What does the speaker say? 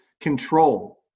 control